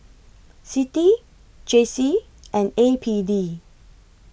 C I T I J C and A P D